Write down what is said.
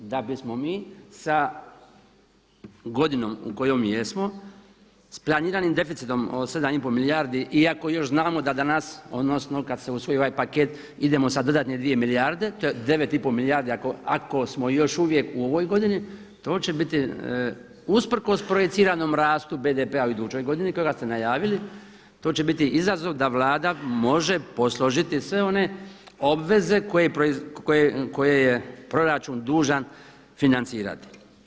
Da bismo mi sa godinom u kojoj jesmo, s planiranim deficitom od 7 i pol milijardi iako još znamo da danas, odnosno kad se usvoji ovaj paket idemo sa dodatne dvije milijarde to je 9 i pol milijardi ako smo još uvijek u ovoj godini to će biti usprkos projiciranom rastu BDP-a u idućoj godini kojega ste najavili, to će biti izazov da Vlada može posložiti sve one obveze koje je proračun dužan financirati.